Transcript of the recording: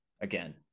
again